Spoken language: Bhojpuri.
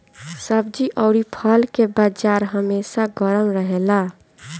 सब्जी अउरी फल के बाजार हमेशा गरम रहेला